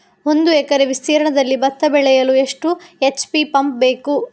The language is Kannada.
ಒಂದುಎಕರೆ ವಿಸ್ತೀರ್ಣದಲ್ಲಿ ಭತ್ತ ಬೆಳೆಯಲು ಎಷ್ಟು ಎಚ್.ಪಿ ಪಂಪ್ ಬೇಕು?